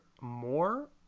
more